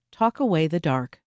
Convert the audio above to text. talkawaythedark